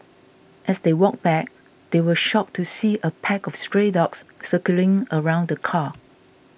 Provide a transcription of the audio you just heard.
as they walked back they were shocked to see a pack of stray dogs circling around the car